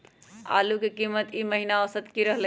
आलू के कीमत ई महिना औसत की रहलई ह?